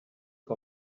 que